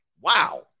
Wow